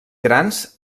grans